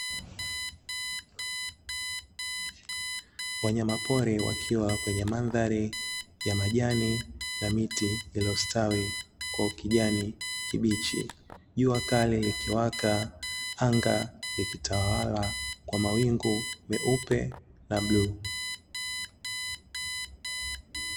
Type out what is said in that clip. Wanyama pori wakiwa kwenye madhari ya majani na miti iliyostawi kwa ukijani kibichi, jua kali likiwaka anga likitawala kwa mawingu meupe na bluu.